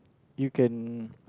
you can